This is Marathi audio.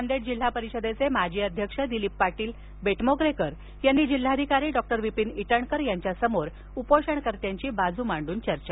नांदेड जिल्हा परिषदेचे माजी अध्यक्ष दिलीप पाटील बेटमोगरेकर यांनी जिल्हाधिकारी डॉ विपिन ईटनकर यांच्या समोर या उपोषणकर्त्याची बाजू मांडून चर्चा केली